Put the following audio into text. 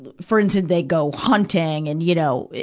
but for instance, they'd go hunting and, you know,